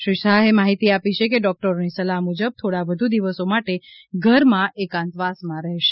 શ્રી શાહે માહિતી આપી છે કે ડોકટરોની સલાહ મુજબ થોડા વધુ દિવસો માટે ઘરમાં એકાંતવાસમાં રહેશે